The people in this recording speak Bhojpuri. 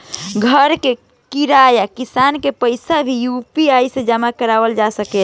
घर के किराया, किराना के पइसा भी यु.पी.आई से जामा कईल जा सकेला